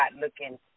looking